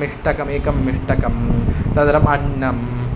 मिष्टकमेकं मिष्टकं तद्रम् अन्नं